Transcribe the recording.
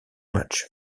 match